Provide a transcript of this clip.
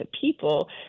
people